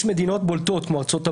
יש מדינות בולטות כמו ארצות הברית,